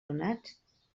donats